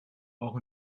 auch